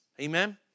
Amen